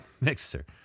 mixer